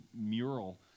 mural